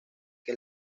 que